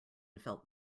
felt